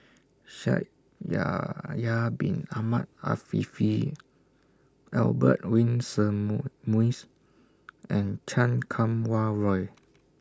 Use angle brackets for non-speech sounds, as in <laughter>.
Shaikh Yahya Bin Ahmed Afifi Albert <unintelligible> and Chan Kum Wah Roy